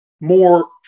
more